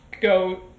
go